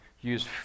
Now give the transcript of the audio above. use